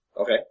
Okay